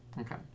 Okay